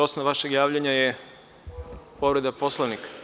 Osnov vašeg javljanja je povreda Poslovnika.